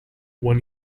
one